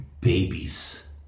babies